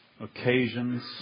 occasions